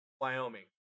Wyoming